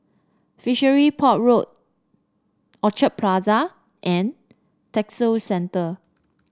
Fishery Port Road Orchard Plaza and Textile Centre